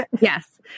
Yes